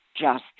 justice